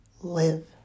live